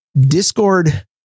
discord